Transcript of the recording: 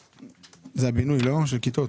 60.002. זה הבינוי של כיתות?